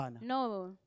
No